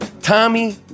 Tommy